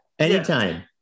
Anytime